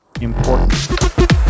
important